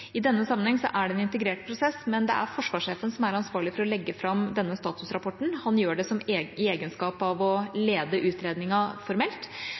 I denne sammenhengen er det en integrert prosess, men det er forsvarssjefen som er ansvarlig for å legge fram denne statusrapporten. Han gjør det i egenskap av å lede utredningen formelt.